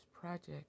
Project